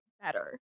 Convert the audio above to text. better